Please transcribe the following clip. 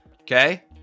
okay